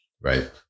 right